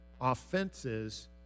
offenses